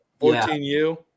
14U